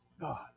God